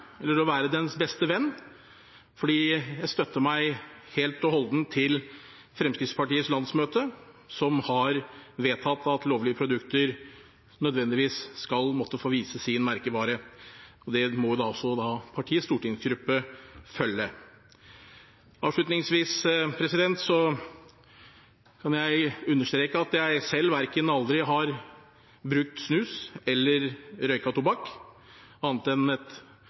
være dens beste venn. Jeg støtter meg helt og holdent til Fremskrittspartiets landsmøte, som har vedtatt at lovlige produkter nødvendigvis skal måtte få vise frem sin merkevare. Det må også partiets stortingsgruppe følge. Avslutningsvis kan jeg understreke at jeg selv aldri har verken brukt snus eller røykt tobakk – annet enn ved et